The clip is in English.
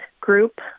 group